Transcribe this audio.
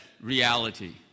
reality